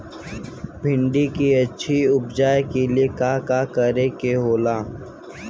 भिंडी की अच्छी उपज के लिए का का करे के होला?